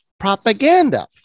Propaganda